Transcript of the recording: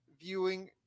viewing